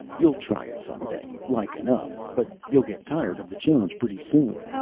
you'll try it, some day, like enough but you'll get tired of the change pretty soon.